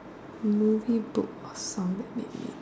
movie book of song red made me